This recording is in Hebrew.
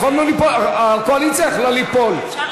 הקואליציה יכלה ליפול.